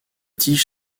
tiges